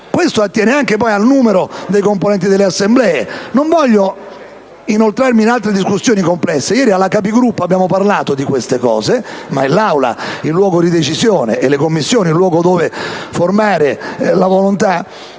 e attiene anche al numero dei componenti delle Assemblee. Non voglio inoltrarmi in altre discussioni complesse. Ieri, in sede di Conferenza dei Capigruppo, abbiamo parlato di questi fatti, ma è l'Aula il luogo di decisione e le Commissioni il luogo dove formare la volontà.